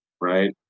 right